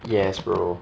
yes bro